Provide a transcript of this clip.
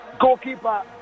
Goalkeeper